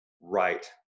Right